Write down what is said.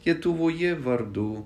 lietuvoje vardu